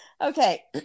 Okay